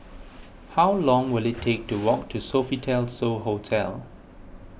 how long will it take to walk to Sofitel So Hotel